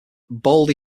baldy